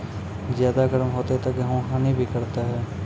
ज्यादा गर्म होते ता गेहूँ हनी भी करता है?